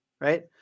right